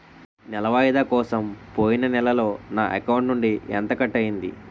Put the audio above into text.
నెల వాయిదా కోసం పోయిన నెలలో నా అకౌంట్ నుండి ఎంత కట్ అయ్యింది?